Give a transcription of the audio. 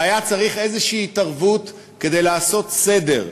והיה צריך איזושהי התערבות כדי לעשות סדר,